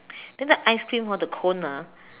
then the ice cream hor the cone ah